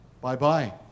Bye-bye